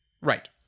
Right